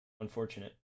unfortunate